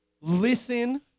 listen